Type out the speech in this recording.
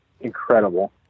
incredible